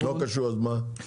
לא קשור אז מה?